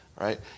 Right